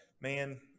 Man